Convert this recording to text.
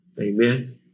Amen